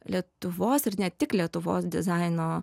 lietuvos ir ne tik lietuvos dizaino